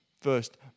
First